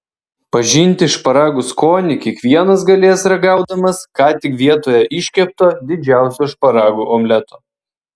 pažinti šparagų skonį kiekvienas galės ragaudamas ką tik vietoje iškepto didžiausio šparagų omleto